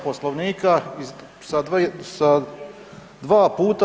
Poslovnika sa dva puta.